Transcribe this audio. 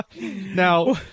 Now